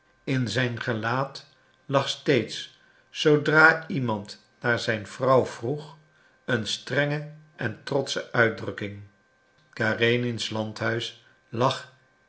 in zijn gelaat lag steeds zoodra iemand naar zijn vrouw vroeg een strenge en trotsche uitdrukking karenins landhuis lag